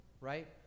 right